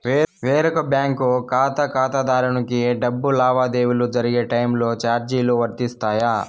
వేరొక బ్యాంకు ఖాతా ఖాతాదారునికి డబ్బు లావాదేవీలు జరిగే టైములో చార్జీలు వర్తిస్తాయా?